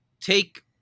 take